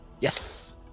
Yes